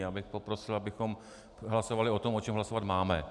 Já bych poprosil, abychom hlasovali o tom, o čem hlasovat máme.